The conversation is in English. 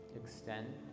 Extend